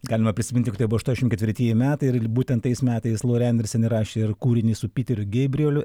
galima prisiminti kad aštuoniasdešimt ketvirtieji metai ir būtent tais metais lori andersen įrašė ir kūrinį su piteriu geibrieliu